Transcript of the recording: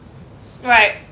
right